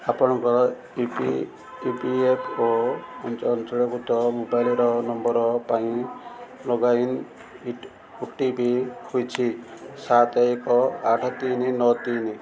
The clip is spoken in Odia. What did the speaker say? ଆପଣଙ୍କର ଇ ପି ଏଫ୍ ଓ ପଞ୍ଜୀକୃତ ମୋବାଇଲ ନମ୍ବର ପାଇଁ log in O T P ହେଉଛି ସାତ ଏକ ଆଠ ତିନି ନଅ ତିନି